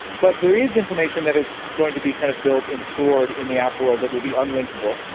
but there is information that is going to be kind of built and stored in the app world that will be unlinkable,